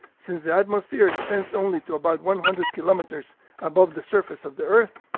since the atmosphere extends only to about one hundred kilometers above the surface of the earth,